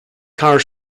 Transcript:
car